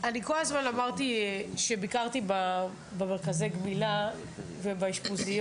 אני כל הזמן אמרתי שביקרתי במרכזי גמילה ובאשפוזיות,